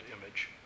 image